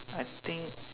I think